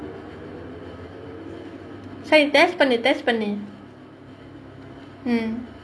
so you test பண்ணு:pannu test பண்ணு:pannu